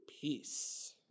Peace